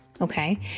okay